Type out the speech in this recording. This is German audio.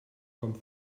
kommt